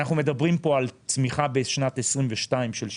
אנחנו מדברים פה על צמיחה בשנת 2022 של 6%,